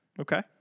Okay